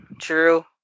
true